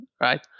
right